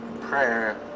prayer